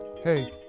Hey